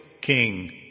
King